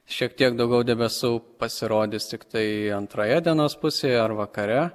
šiek tiek daugiau debesų pasirodys tiktai antroje dienos pusėje ar vakare